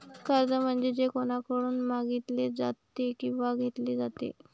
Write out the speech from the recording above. कर्ज म्हणजे जे कोणाकडून मागितले जाते किंवा घेतले जाते